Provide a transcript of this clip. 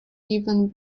given